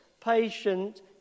patient